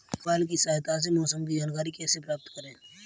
Mobile की सहायता से मौसम की जानकारी कैसे प्राप्त करें?